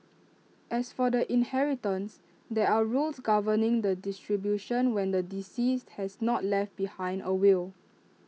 as for the inheritance there are rules governing the distribution when the deceased has not left behind A will